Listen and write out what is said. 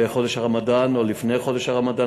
בחודש הרמדאן או לפני חודש הרמדאן,